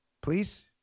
Please